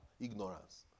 ignorance